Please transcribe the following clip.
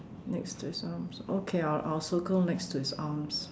next to his arms okay I'll I'll circle next to his arms